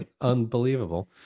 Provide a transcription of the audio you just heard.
unbelievable